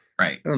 Right